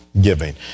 giving